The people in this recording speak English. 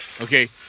Okay